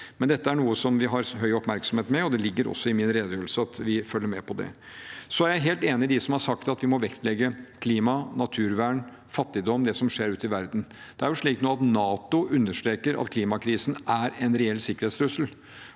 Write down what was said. dette er noe som vi har høy oppmerksomhet på, og det ligger også i min redegjørelse at vi følger med på det. Så er jeg helt enig med dem som har sagt at vi må vektlegge klima, naturvern, fattigdom – det som skjer ute i verden. Det er jo slik nå at NATO understreker at klimakrisen er en reell sikkerhetstrussel.